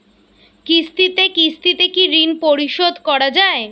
কিস্তিতে কিস্তিতে কি ঋণ পরিশোধ করা য়ায়?